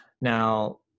Now